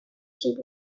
keep